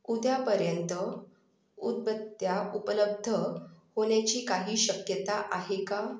उद्यापर्यंत उदबत्त्या उपलब्ध होण्याची काही शक्यता आहे का